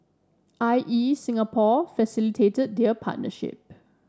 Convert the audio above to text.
I E Singapore facilitated their partnership